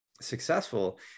Successful